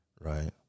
right